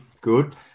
good